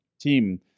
team